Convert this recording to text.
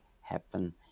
happen